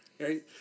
Right